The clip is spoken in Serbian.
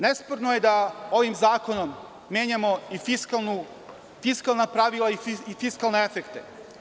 Nesporno je da ovim zakonom menjamo i fiskalna pravila i fiskalne efekte.